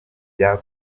bya